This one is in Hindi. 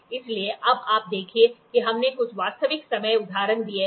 इसलिए अब आप देखिए कि हमने कुछ वास्तविक समय उदाहरण दिए हैं